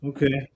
Okay